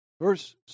Verse